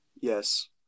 Yes